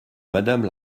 madame